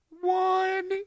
One